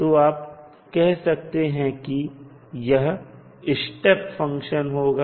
तो आप कह सकते हैं कि यह स्टेप फंक्शन होगा